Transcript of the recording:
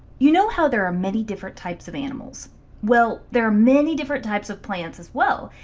you know how there are many different types of animals well there are many different types of plants as well.